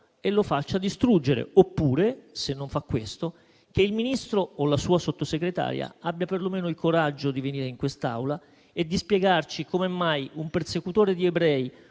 e lo faccia distruggere. Oppure, se non fa questo, che il Ministro o la sua Sottosegretaria abbiano perlomeno il coraggio di venire in quest'Aula a spiegarci come mai un persecutore di ebrei,